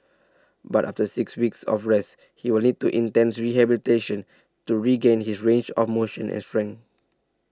but after six weeks of rest he will need to intense rehabilitation to regain his range of motion and strength